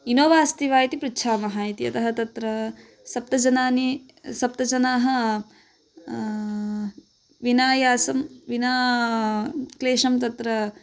Innova अस्ति वा इति पृच्छामः इति यतः तत्रा सप्त जनाः सप्तजनाः विना प्रयासं विना क्लेशं तत्र